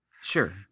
Sure